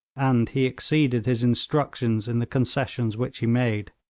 and he exceeded his instructions in the concessions which he made.